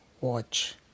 watch